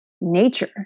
nature